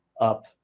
up